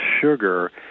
sugar